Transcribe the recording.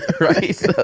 right